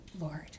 Lord